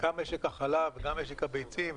משק החלב ומשק הביצים,